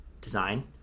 design